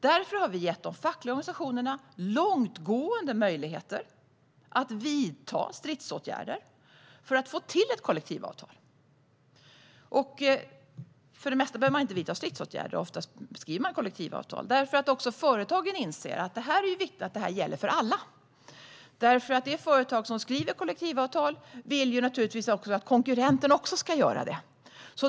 Därför har vi gett de fackliga organisationerna långtgående möjligheter att vidta stridsåtgärder för att få till ett kollektivavtal. För det mesta behöver man inte vidta stridsåtgärder. Oftast skrivs det kollektivavtal därför att också företagen inser att det är viktigt att detta gäller för alla. Det företag som skriver kollektivavtal vill nämligen naturligtvis att konkurrenten också ska göra det.